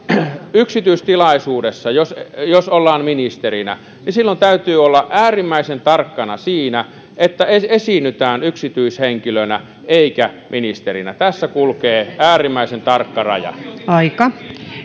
yksityistilaisuudessa jos jos ollaan ministerinä niin silloin täytyy olla äärimmäisen tarkkana siinä että esiinnytään yksityishenkilönä eikä ministerinä tässä kulkee äärimmäisen tarkka raja